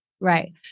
right